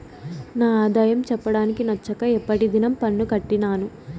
నా ఆదాయం చెప్పడానికి నచ్చక ఎప్పటి దినం పన్ను కట్టినాను